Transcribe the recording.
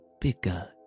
bigger